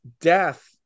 death